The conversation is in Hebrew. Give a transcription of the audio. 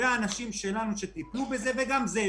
האנשים שלנו טיפלו בזה וגם זה ישוחרר.